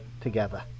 together